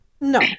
No